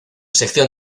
sección